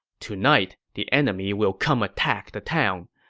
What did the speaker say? tonight, the enemy will come attack the town.